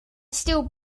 still